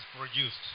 produced